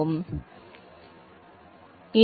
மாணவர் நான் குறிக்கவில்லை இல்லை நீங்கள் மாட்டீர்கள்